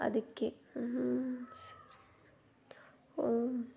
ಅದಕ್ಕೆ ಸರಿ